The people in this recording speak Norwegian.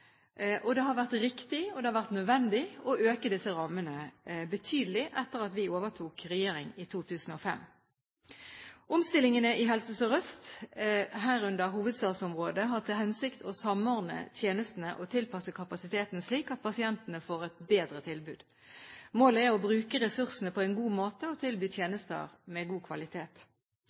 og det har vært riktig og nødvendig å øke disse rammene betydelig etter at vi overtok regjeringen i 2005. Omstillingene i Helse Sør-Øst, herunder hovedstadsområdet, har til hensikt å samordne tjenestene og tilpasse kapasiteten slik at pasientene får et bedre tilbud. Målet er å bruke ressursene på en god måte og tilby tjenester med god kvalitet.